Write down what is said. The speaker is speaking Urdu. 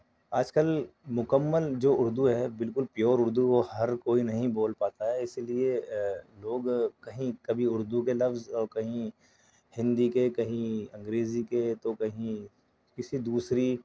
آج کل مکمل جو اُردو ہے بالکل پیور اُردو وہ ہر کوئی نہیں بول پاتا ہے اِسی لیے لوگ کہیں کبھی اُردو کے لفظ اور کہیں ہندی کے کہیں انگریزی کے تو کہیں کسی دوسری